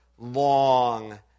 long